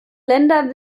länder